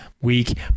week